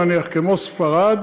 נניח כמו ספרד